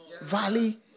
valley